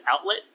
outlet